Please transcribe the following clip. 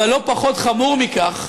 אבל לא פחות חמור מכך,